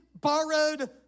borrowed